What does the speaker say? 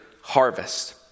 harvest